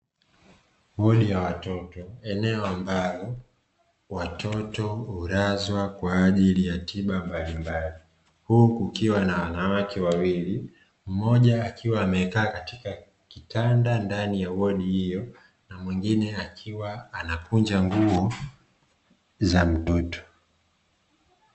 Wodi ya watoto; eneo ambalo watoto hulazwa kwa ajili ya tiba mbalimbali, huku kukiwa na wanawake wawili mmoja akiwa amekaa katika kitanda ndani ya wodi hiyo, mwingine akiwa anakunja nguo za mtoto.